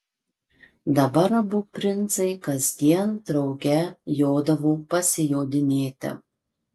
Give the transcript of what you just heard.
dabar abu princai kasdien drauge jodavo pasijodinėti